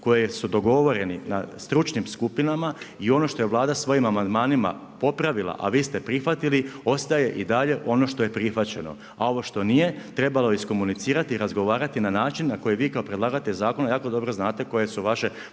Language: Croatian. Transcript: koje su dogovoreni na stručnim skupinama i ono što je Vlada svojim amandmanima popravila, a vi ste prihvatili, ostaje i dalje ono što je prihvaćeno, a ovo što nije, trebalo je iskomunicirati i razgovarati na način na koji vi kao predlagatelj zakona jako dobro znate koje su vaše